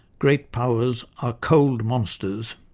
great powers are cold monsters,